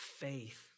faith